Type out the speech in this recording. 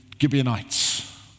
Gibeonites